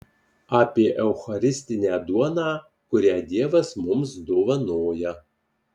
apie eucharistinę duoną kurią dievas mums dovanoja